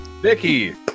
Vicky